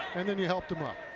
and then he helped him up.